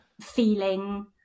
feeling